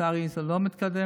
לצערי זה לא מתקדם,